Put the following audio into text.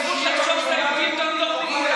לך אין זכות לחשוב שאתה יהודי יותר מכולם.